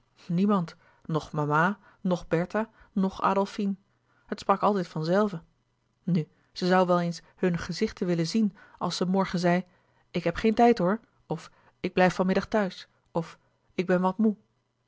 niemand noch mama noch bertha noch adolfine het sprak altijd van zelve nu ze zoû wel eens hunne gezichten willen zien als ze morgen zei ik heb geen tijd hoor of ik blijf van middag thuis of ik ben wat moê